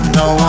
no